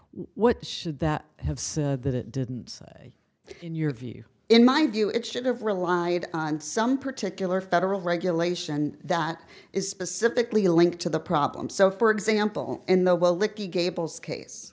what should that have said that it didn't say in your view in my view it should have relied on some particular federal regulation that is specifically linked to the problem so for example in the